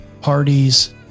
parties